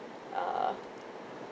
uh